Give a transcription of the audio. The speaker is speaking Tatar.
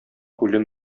үлем